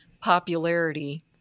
popularity